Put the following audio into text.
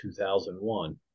2001